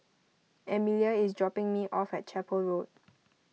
Emilia is dropping me off at Chapel Road